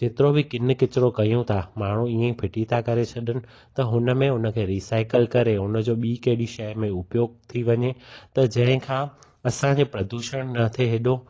जेतिरो बि किनि कचरो कयूं था माण्हू ईअं फिटी था करे छॾनि त हुन में उन खे रीसाइकल करे उन जो बि कहिड़ी शइ में उपयोगु थी वञे त जंहिं खां असांजे प्रदूषण न थिए हेॾो